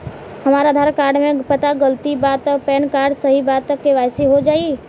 हमरा आधार कार्ड मे पता गलती बा त पैन कार्ड सही बा त के.वाइ.सी हो जायी?